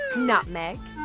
nutmeg,